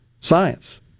science